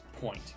point